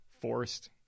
forced